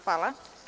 Hvala.